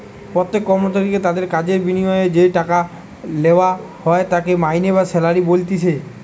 প্রত্যেক কর্মচারীকে তাদির কাজের বিনিময়ে যেই টাকা লেওয়া হয় তাকে মাইনে বা স্যালারি বলতিছে